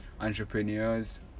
entrepreneurs